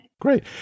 Great